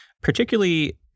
Particularly